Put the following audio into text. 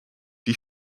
die